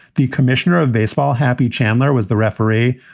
the commissioner of baseball happy channeler was the referee,